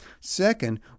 Second